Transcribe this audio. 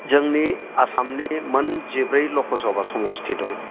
जोंनि आसामनि मोनजिब्रै लक'सभा समस्ति दं